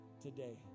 today